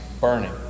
burning